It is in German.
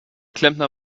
klempner